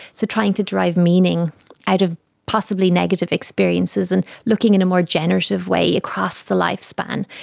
so trying to derive meaning out of possibly negative experiences and looking in a more generative way across the lifespan.